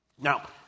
Now